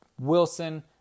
Wilson